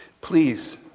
Please